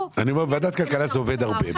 אני אומר שבוועדת הכלכלה זה עובד הרבה.